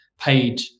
paid